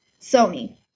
sony